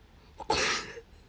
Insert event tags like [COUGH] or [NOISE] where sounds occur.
[LAUGHS]